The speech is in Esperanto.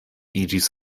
iĝis